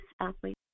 athlete